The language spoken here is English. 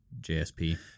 JSP